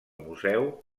museu